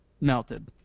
melted